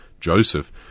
Joseph